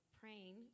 praying